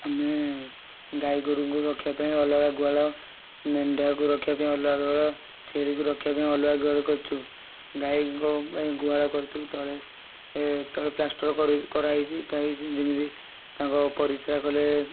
ଆମେ ଗାଈ ଗୋରୁଙ୍କୁ ରଖିବା ପାଇଁ ଅଲଗା ଗୁହାଳ ମେଣ୍ଢାକୁ ରଖିବା ପାଇଁ ଅଲଗା ଗୁହାଳ ଛେଳିକୁ ରଖିବା ପାଇଁ ଅଲଗା ଗୁହାଳ କରିଛୁ ଗାଈଙ୍କ ପାଇଁ ଗୁହାଳ କରିଥିଲୁ ତଳେ ଏ ତଳ ପ୍ଳାଷ୍ଟର୍ କରାହୋଇଛି ଯେମିତି ତାଙ୍କ ପରିସ୍ରା କଲେ